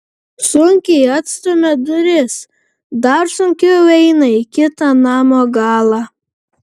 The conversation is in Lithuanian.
sunkiai atstumia duris dar sunkiau eina į kitą namo galą